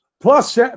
Plus